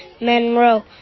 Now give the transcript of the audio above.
Monroe